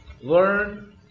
learn